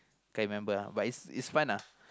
can't remember uh but it's it's fun ah